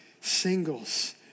Singles